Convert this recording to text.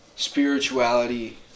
spirituality